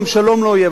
גם שלום לא יהיה,